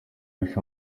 ariko